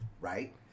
right